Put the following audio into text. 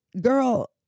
Girl